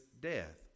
death